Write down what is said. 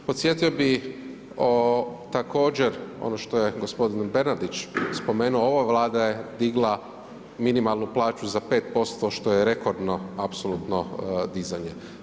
Podsjetio bi također ono što je gospodin Bernardić spomenuo, ova Vlada je digla minimalnu plaću za 5% što je rekordno apsolutno dizanje.